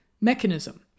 mechanism